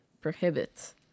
prohibits